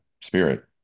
spirit